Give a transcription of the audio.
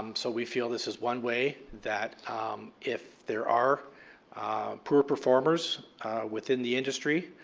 um so we feel this is one way that if there are poor performers within the industry,